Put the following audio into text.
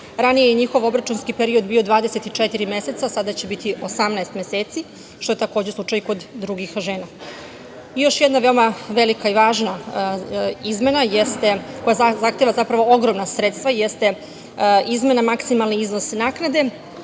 ranije je njihov obračunski period bio 24 meseca, sada će biti 18 meseci, što takođe je slučaj kod drugih žena. Još jedna veoma velika i važna izmena jeste, koja zahteva zapravo ogromna sredstva jeste izmena maksimalni iznos naknade,